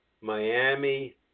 Miami